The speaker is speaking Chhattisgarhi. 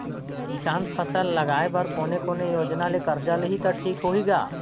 किसान फसल लगाय बर कोने कोने योजना ले कर्जा लिही त ठीक होही ग?